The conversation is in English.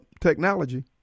technology